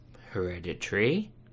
hereditary